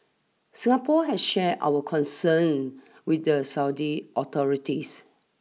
Singapore has shared our concern with the Saudi authorities